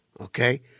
Okay